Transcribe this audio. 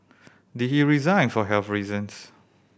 did he resign for health reasons